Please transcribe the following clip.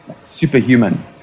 superhuman